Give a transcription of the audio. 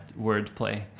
wordplay